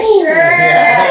sure